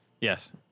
Yes